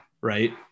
right